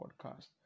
podcast